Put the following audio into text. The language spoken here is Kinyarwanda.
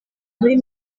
muri